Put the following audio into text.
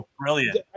Brilliant